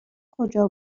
کجا